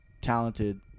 talented